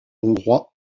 hongrois